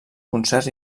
concerts